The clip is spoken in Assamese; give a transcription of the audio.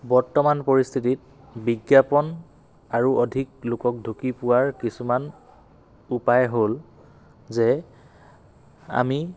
বৰ্তমান পৰিস্থিতিত বিজ্ঞাপন আৰু অধিক লোকক ঢুকি পোৱাৰ কিছুমান উপায় হ'ল যে আমি